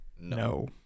No